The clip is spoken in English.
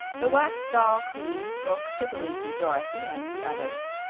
the wax doll queen spoke prettily to dorothy and the others,